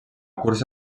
cursa